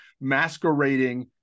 masquerading